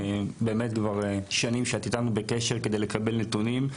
ואת כבר שנים איתנו בקשר כדי לקבל נתונים.